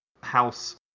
House